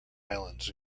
islands